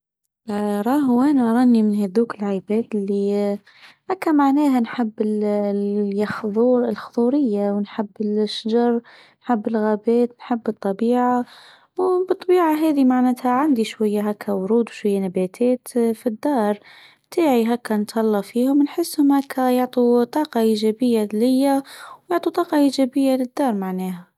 راهو وانا راني من هدوك الايباد اللي هكا معناها نحب اليخضور -الخضوريه ونحب الشجر حب الغابات نحب الطبيعه وبطبيعه هذه معناتها عندي شويه هكا ورود. وشويه نباتات في الدار تاعي هكا نتطلع فيهم ونحسهم هكا يعطوا طاقه ايجابيه ليا وطاقه ايجابيه للدار.